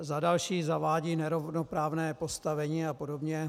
Za třetí zavádí nerovnoprávné postavení a podobně.